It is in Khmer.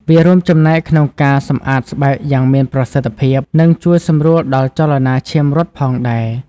វារួមចំណែកក្នុងការសម្អាតស្បែកយ៉ាងមានប្រសិទ្ធភាពនិងជួយសម្រួលដល់ចលនាឈាមរត់ផងដែរ។